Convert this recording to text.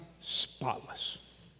spotless